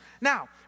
Now